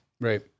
Right